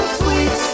sweet